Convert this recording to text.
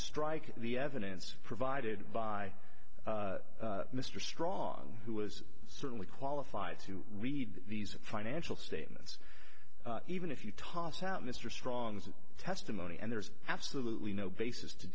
strike the evidence provided by mr strong who was certainly qualified to read these financial statements even if you toss out mr strong's testimony and there's absolutely no basis to